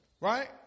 right